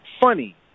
funny